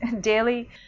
daily